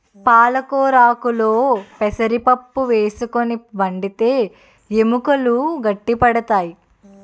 పాలకొరాకుల్లో పెసరపప్పు వేసుకుని వండితే ఎముకలు గట్టి పడతాయి